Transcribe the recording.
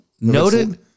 noted